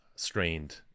strained